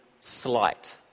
slight